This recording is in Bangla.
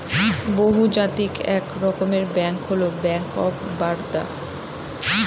বহুজাতিক এক রকমের ব্যাঙ্ক হল ব্যাঙ্ক অফ বারদা